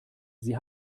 sie